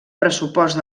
pressupost